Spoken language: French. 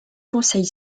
conseil